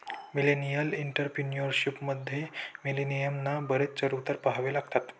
millennial entrepreneurship मध्ये, मिलेनियलना बरेच चढ उतार पहावे लागतात